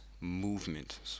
movement